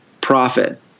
profit